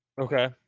Okay